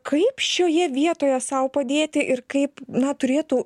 kaip šioje vietoje sau padėti ir kaip na turėtų